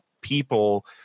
people